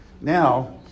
now